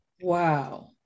Wow